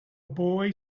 boy